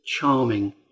charming